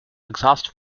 exhaust